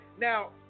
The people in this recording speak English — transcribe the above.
now